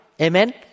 Amen